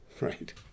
right